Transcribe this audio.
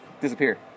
disappear